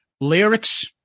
lyrics